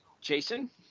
Jason